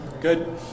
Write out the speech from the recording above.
Good